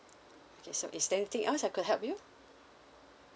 okay so is there anything else I could help you